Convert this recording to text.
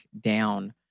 down